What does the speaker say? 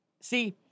See